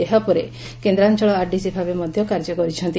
ଏହା ପରେ କେନ୍ଦ୍ରାଞଳ ଆରଡିସି ଭାବେ ମଧ୍ଧ କାର୍ଯ୍ୟ କରିଛନ୍ତି